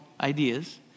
ideas